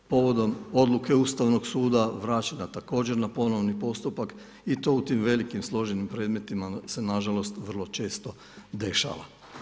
Povodom odluke Ustavnog suda vraćena također na ponovni postupak i to u tim velikim složenim predmetima se nažalost vrlo često dešava.